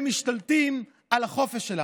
הם משתלטים על החופש שלנו,